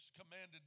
commanded